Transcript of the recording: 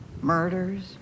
Murders